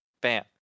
Bam